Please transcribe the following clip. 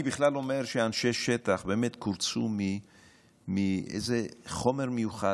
אני בכלל אומר שאנשי שטח באמת קורצו מאיזה חומר מיוחד.